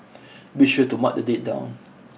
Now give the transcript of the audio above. be sure to mark the date down